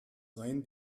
rein